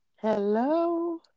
Hello